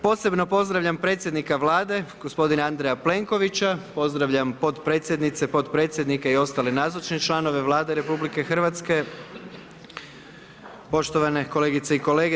Posebno pozdravljam predsjednika Vlade, gospodina Andreja Plenkovića, pozdravljam potpredsjednice, potpredsjednike i ostale nazočne članove Vlade RH, poštovane kolegice i kolege.